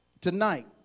tonight